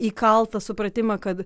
įkaltą supratimą kad